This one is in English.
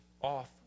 off